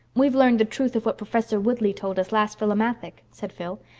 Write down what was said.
we've learned the truth of what professor woodleigh told us last philomathic, said phil.